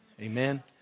amen